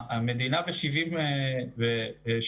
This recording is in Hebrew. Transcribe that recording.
המדינה ב-70 שנותיה